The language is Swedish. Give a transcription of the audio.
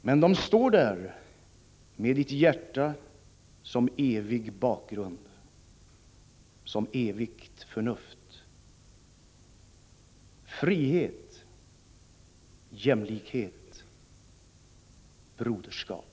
Men de står där med ditt hjärta som evig bakgrund, som evigt förnuft: Frihet Jämlikhet Broderskap